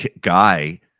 guy